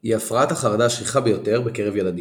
היא הפרעת החרדה השכיחה ביותר בקרב ילדים.